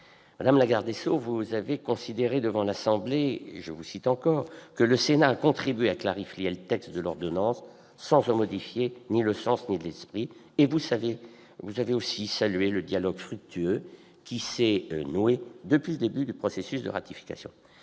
Madame la garde des sceaux, vous avez considéré devant l'Assemblée nationale que « le Sénat a contribué à clarifier le texte de l'ordonnance, sans en modifier ni le sens ni l'esprit ». Vous avez aussi salué le « dialogue fructueux qui s'est noué depuis le début du processus de ratification